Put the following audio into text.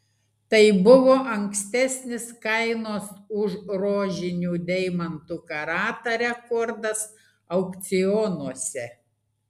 tai buvo ankstesnis kainos už rožinių deimantų karatą rekordas aukcionuose